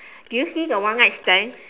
do you see the one night stand